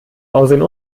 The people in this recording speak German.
aussehen